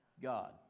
God